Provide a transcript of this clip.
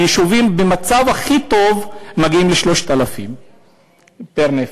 היישובים במצב הכי טוב מגיעים ל-3,000 פר-נפש.